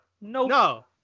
No